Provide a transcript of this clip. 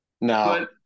no